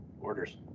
orders